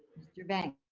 mr. banks?